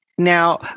Now